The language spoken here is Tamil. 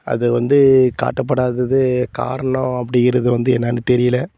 அது வந்து காட்டப்படாதது காரணம் அப்படி இதுக்கு வந்து என்னனு தெரியல